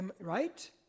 Right